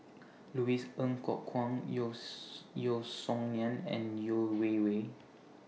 Louis Ng Kok Kwang Yeo Yeo Song Nian and Yeo Wei Wei